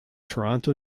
toronto